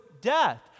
death